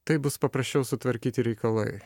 taip bus paprasčiau sutvarkyti reikalai